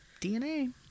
DNA